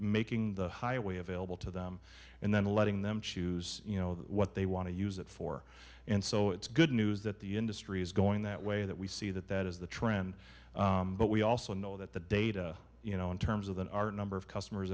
making the highway available to them and then letting them choose you know what they want to use it for and so it's good news that the industry is going that way that we see that that is the trend but we also know that the data you know in terms of than our number of customers